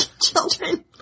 children